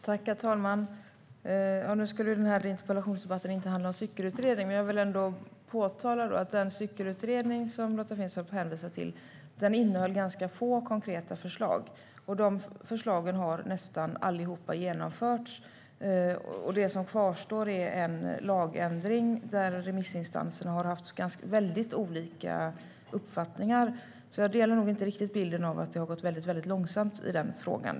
Herr talman! Nu skulle inte denna interpellationsdebatt handla om cykelutredningen, men jag vill ändå påminna om att den cykelutredning som Lotta Finstorp hänvisar till innehöll ganska få konkreta förslag. Dessa förslag har nästan allihop genomförts. Det som kvarstår är en lagändring där remissinstanserna har haft väldigt olika uppfattningar. Jag delar nog inte riktigt bilden av att det har gått så väldigt långsamt i den frågan.